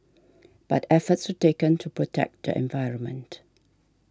but efforts were taken to protect the environment